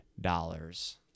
dollars